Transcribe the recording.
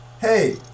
hey